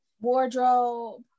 Wardrobe